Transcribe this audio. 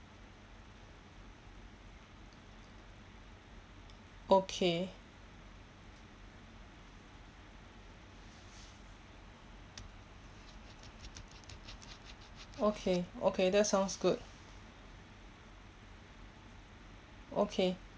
okay okay okay that sounds good okay